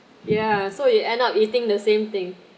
ya so you end up eating the same thing